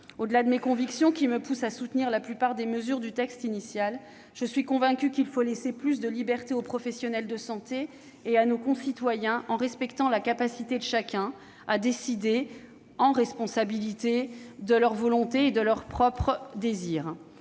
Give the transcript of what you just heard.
Au-delà de mes convictions, qui me poussent à soutenir la plupart des mesures du texte initial, je suis convaincue qu'il faut laisser plus de liberté aux professionnels de santé et à nos concitoyens, en respectant la volonté, les désirs et la capacité de chacun à décider en responsabilité. Je salue en ce sens les